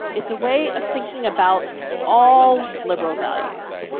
it's a way of thinking about all liberal values.